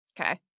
okay